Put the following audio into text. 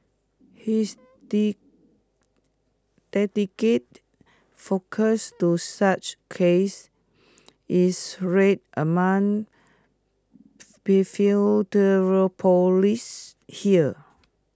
his dedicated focus to such case is rare among here